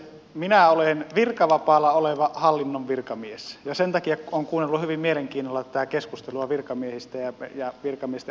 minä olen virkavapaalla oleva hallinnon virkamies ja sen takia olen kuunnellut hyvin mielenkiinnolla tätä keskustelua virkamiehistä ja virkamiesten asemasta